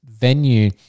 venue